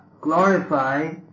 glorify